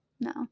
no